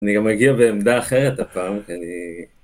אני גם מגיע בעמדה אחרת הפעם שאני...